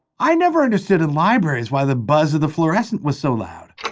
i never understood in libraries why the buzz of the fluorescent was so loud.